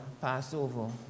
Passover